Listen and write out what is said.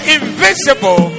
invisible